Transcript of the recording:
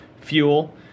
fuel